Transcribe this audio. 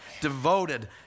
Devoted